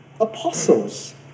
apostles